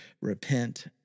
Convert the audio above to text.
Repent